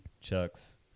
Chuck's